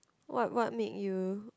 what what made you